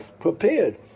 prepared